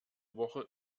woche